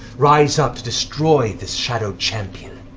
rise up to destroy this shadow champion,